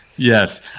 Yes